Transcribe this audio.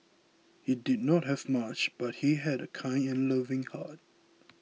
he did not have much but he had a kind and loving heart